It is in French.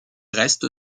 reste